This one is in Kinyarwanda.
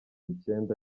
icyenda